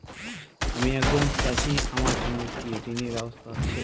আমি একজন চাষী আমার জন্য কি ঋণের ব্যবস্থা আছে?